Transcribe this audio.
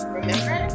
remember